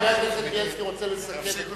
חבר הכנסת בילסקי רוצה לסיים את דבריו.